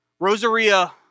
Rosaria